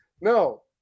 No